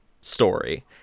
story